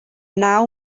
naw